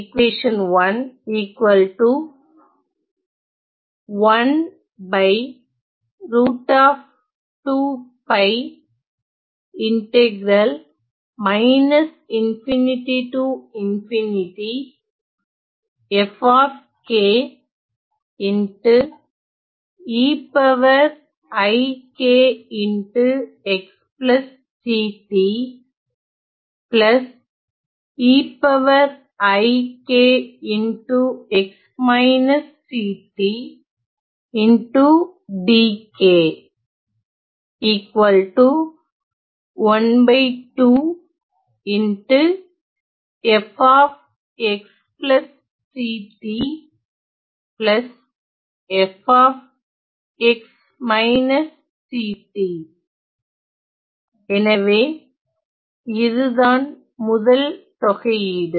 எனவே இதுதான் முதல் தொகையீடு